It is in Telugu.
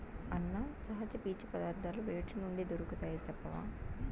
అన్నా, సహజ పీచు పదార్థాలు వేటి నుండి దొరుకుతాయి చెప్పవా